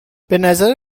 بنظر